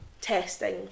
Testing